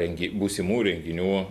rengi būsimų renginių